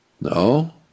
No